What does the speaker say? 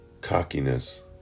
cockiness